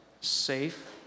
safe